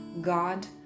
God